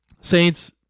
Saints